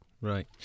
Right